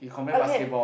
okay